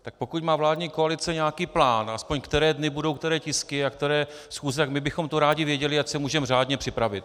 Tak pokud má vládní koalice nějaký plán, aspoň které dny budou které tisky a které schůze, tak my bychom to rádi věděli, ať se můžeme řádně připravit.